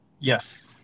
Yes